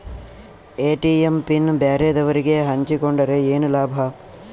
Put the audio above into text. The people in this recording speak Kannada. ಎ.ಟಿ.ಎಂ ಪಿನ್ ಬ್ಯಾರೆದವರಗೆ ಹಂಚಿಕೊಂಡರೆ ಏನು ಲಾಭ?